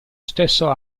stesso